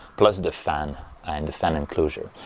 plus the fan and the fan enclosure.